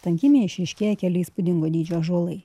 tankynėje išryškėja keli įspūdingo dydžio ąžuolai